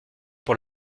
pour